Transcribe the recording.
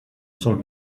son